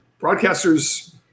broadcasters